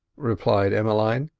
replied emmeline.